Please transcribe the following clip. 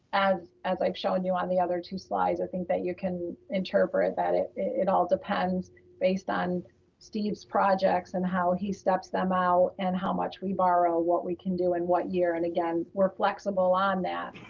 as i've like shown you on the other two slides, i think that you can interpret that it it all depends based on steve's projects and how he steps them out and how much we borrow, what we can do and what year. and again, we're flexible on that,